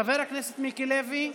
חבר הכנסת מיקי לוי,